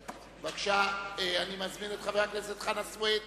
אני מזמין את חבר הכנסת חנא סוייד